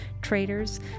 traders